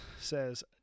says